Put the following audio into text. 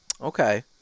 Okay